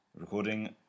recording